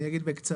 אני אגיד בקצרה,